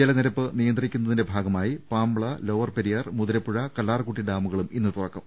ജലനിരപ്പ് നിയന്ത്രിക്കുന്നതിന്റെ ഭാഗമായി പാംബ്ല ലോവർ പെരിയാർ മുതിരപ്പുഴ കല്ലാർക്കുട്ടി ഡാമുകളും ഇന്നു തുറ ക്കും